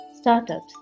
startups